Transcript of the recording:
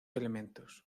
elementos